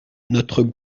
notre